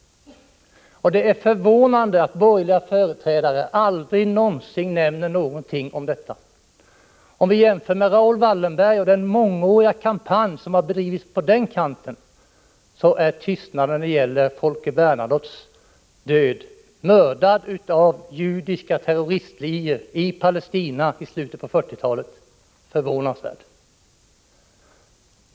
Det är förvånande att borgerliga företrädare aldrig någonsin nämner någonting om detta. Om vi jämför med Raoul Wallenberg och den mångåriga kampanj som har bedrivits i detta fall, är tystnaden när det gäller Folke Bernadotte, mördad av judiska terroristligor i Palestina i slutet av 1940-talet, förvånansvärd.